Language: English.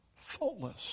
faultless